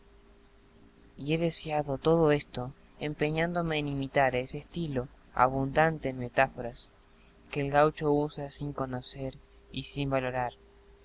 y he deseado todo esto empeñándome en imitar ese estilo abundante en metáforas que el gaucho usa sin conocer y sin valorar